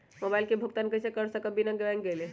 Mobile के भुगतान कईसे कर सकब बिना बैंक गईले?